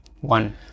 One